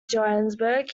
johannesburg